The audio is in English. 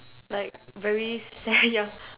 like very sad ya